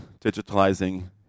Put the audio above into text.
digitalizing